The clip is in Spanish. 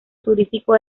turístico